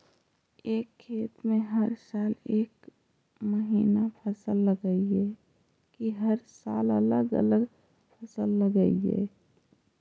एक खेत में हर साल एक महिना फसल लगगियै कि हर साल अलग अलग फसल लगियै?